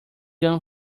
gun